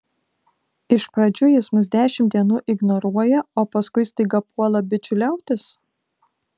iš pradžių jis mus dešimt dienų ignoruoja o paskui staiga puola bičiuliautis